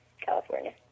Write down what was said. California